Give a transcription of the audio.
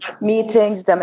meetings